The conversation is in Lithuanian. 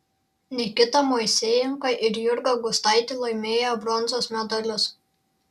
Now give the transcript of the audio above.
nikita moisejenka ir jurga gustaitė laimėjo bronzos medalius